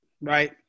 right